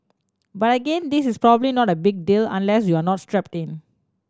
but again this is probably not a big deal unless you are not strapped in